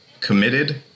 committed